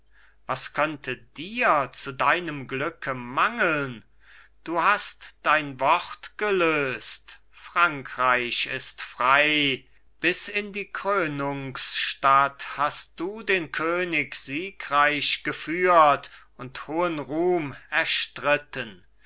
was könnte dir zu deinem glücke mangeln du hast dein wort gelöst frankreich ist frei bis in die krönungsstadt hast du den könig siegreich geführt und hohen ruhm erstritten